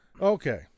Okay